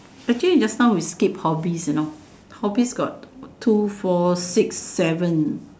actually just now we skip hobbies you know hobbies got two four six seven